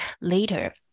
later